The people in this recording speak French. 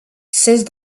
cessent